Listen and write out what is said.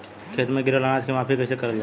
खेत में गिरल अनाज के माफ़ी कईसे करल जाला?